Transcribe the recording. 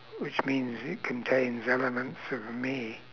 which means it contains elements of me